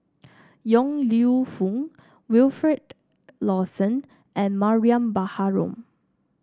Yong Lew Foong Wilfed Lawson and Mariam Baharom